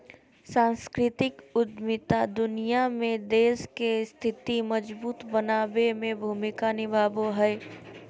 सांस्कृतिक उद्यमिता दुनिया में देश के स्थिति मजबूत बनाबे में भूमिका निभाबो हय